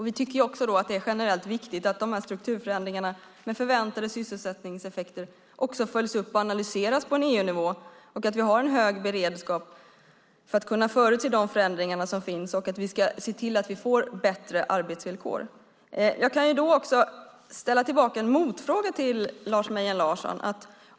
Vi tycker också att det är generellt viktigt att de här strukturförändringarna med förväntade sysselsättningseffekter följs upp och analyseras på EU-nivå, att vi har en hög beredskap för att kunna förutse de förändringar som finns och att vi ska se till att vi får bättre arbetsvillkor. Jag kan då också ställa en motfråga till Lars Mejern Larsson.